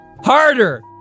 Harder